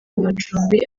amacumbi